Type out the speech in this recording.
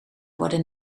worden